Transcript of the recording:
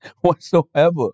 whatsoever